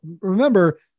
remember